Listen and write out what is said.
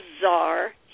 bizarre